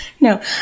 No